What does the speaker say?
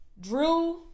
Drew